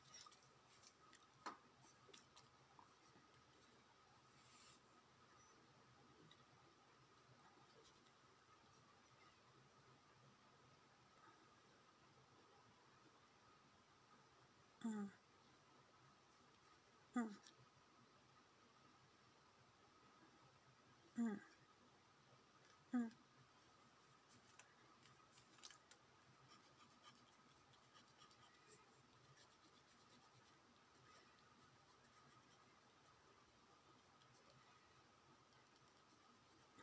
mm mm mm mm